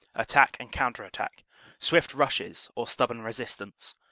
attack and counter-attack, swift rushes or stubborn resistance,